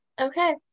Okay